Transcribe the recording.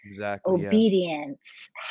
obedience